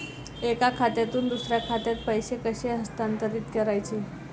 एका खात्यातून दुसऱ्या खात्यात पैसे कसे हस्तांतरित करायचे